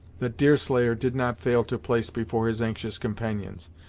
that deerslayer did not fail to place before his anxious companions.